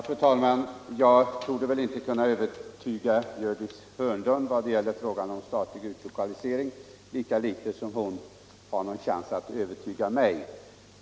Fru talman! Jag torde väl inte kunna övertyga Gördis Hörnlund om min uppfattning i vad gäller frågan om utlokalisering av statlig verksamhet, lika litet som hon har någon chans att övertyga mig.